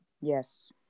yes